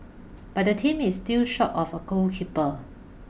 but the team is still short of a goalkeeper